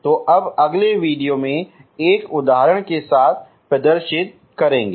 तो अब अगले वीडियो में एक उदाहरण के साथ प्रदर्शित करेंगे